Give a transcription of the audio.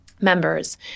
members